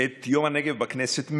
את יום הנגב בכנסת.